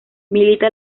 milita